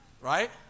Right